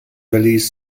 belize